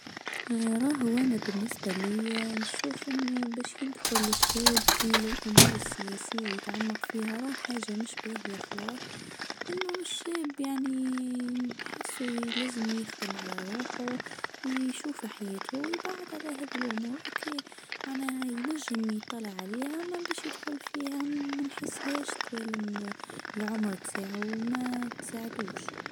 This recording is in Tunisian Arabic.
آ أراها هوانة بالنسبة ليا نشوف أنه باش يدخل الشاب في الأمور السياسية ويتعمق فيها راه حاجة مش باهية خلا. أنو مش يعني نحسو لازم يخدم على روحو ويشوف حياتو ويبعد على هاذا الأمور أوكيه معناها ينجم يطلع عليها ماباش يدخل فيها منحسهاش توالم العمر تاعو متساعدوش.